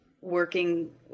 working